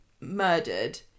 murdered